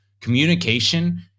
Communication